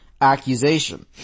accusation